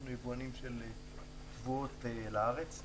אנחנו יבואנים של תבואות לארץ.